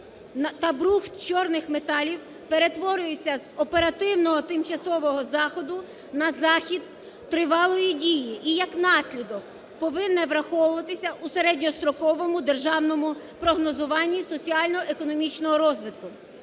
та брухт чорних металів перетворюється з оперативного тимчасового заходу на захід тривалої дії. І як наслідок, повинне враховуватися в середньостроковому державному прогнозуванні соціально-економічного розвитку.